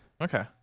okay